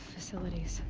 facilities.